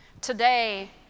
today